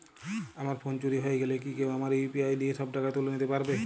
আমার ফোন চুরি হয়ে গেলে কি কেউ আমার ইউ.পি.আই দিয়ে সব টাকা তুলে নিতে পারবে?